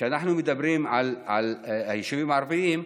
כשאנחנו מדברים על היישובים הערביים,